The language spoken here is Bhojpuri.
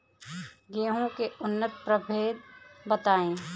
गेंहू के उन्नत प्रभेद बताई?